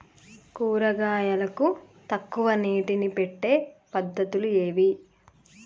కూరగాయలకు తక్కువ నీటిని పెట్టే పద్దతులు ఏవి?